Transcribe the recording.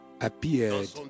appeared